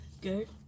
Good